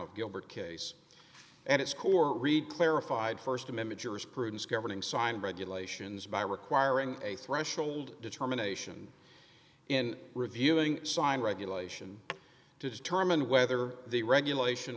of gilbert case and its core read clarified st amendment juris prudence governing signed regulations by requiring a threshold determination in reviewing signed regulation to determine whether the regulation